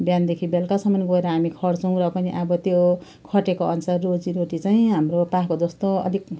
बिहानदेखि बेलुकासम्म गएर हामी खट्छौँ र पनि अब त्यो खटेकोअनुसार रोजीरोटी चाहिँ हाम्रो पाएको जस्तो अलिक